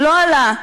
לא עלה.